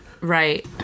right